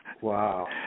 Wow